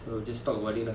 so just talk about it lah